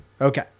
Okay